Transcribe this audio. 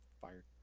Fire